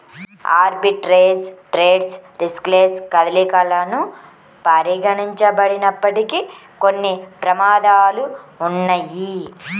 arbitrage trades riskless కదలికలను పరిగణించబడినప్పటికీ, కొన్ని ప్రమాదాలు ఉన్నయ్యి